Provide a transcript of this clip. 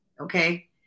Okay